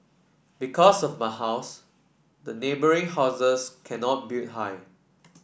because of my house the neighbouring houses cannot build high